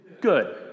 good